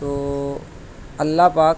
تو اللہ پاک